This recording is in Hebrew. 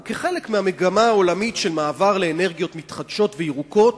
וכחלק מהמגמה העולמית של מעבר לאנרגיות מתחדשות וירוקות,